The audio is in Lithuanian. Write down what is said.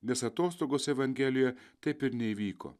nes atostogos evangelijoje taip ir neįvyko